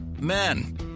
Men